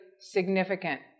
significant